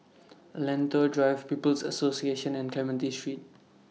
Lentor Drive People's Association and Clementi Street